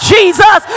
Jesus